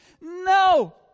No